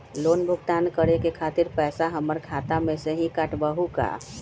Loan भुगतान करे के खातिर पैसा हमर खाता में से ही काटबहु का?